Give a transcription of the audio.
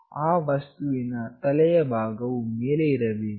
ಆ ವಸ್ತುವಿನ ತಲೆಯ ಭಾಗವು ಮೇಲೆ ಇರಬೇಕು